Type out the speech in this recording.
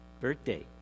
birthday